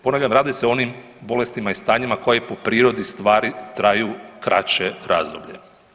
Ponavljam radi se o onim bolestima i stanjima koja i po prirodi stvari traju kraće razdoblje.